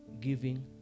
giving